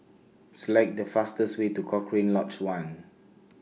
Select The fastest Way to Cochrane Lodge one